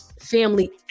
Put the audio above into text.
family